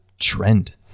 trend